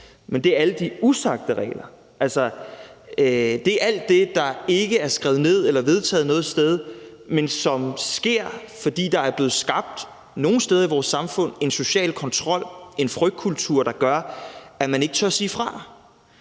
men det er alle de usagte regler. Altså, det er alt det, der ikke er skrevet ned eller vedtaget noget sted, men som findes, fordi der nogle steder i vores samfund er blevet skabt en social kontrol og en frygtkultur, der gør, at man ikke tør sige fra.